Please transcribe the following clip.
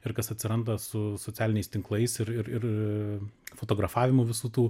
ir kas atsiranda su socialiniais tinklais ir ir ir fotografavimu visų tų